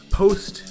post